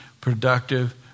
productive